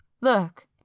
look